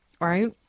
right